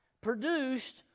produced